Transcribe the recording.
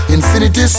Infinity